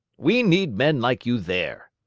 we need men like you there.